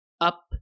up